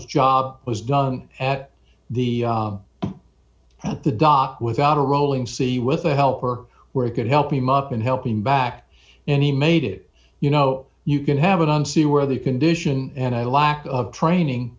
's job was done at the at the dock without a rolling sea with a helper where he could help him up and help him back and he made it you know you can have it on scene where the condition and i lack of training